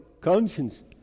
conscience